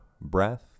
breath